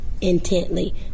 intently